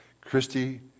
Christy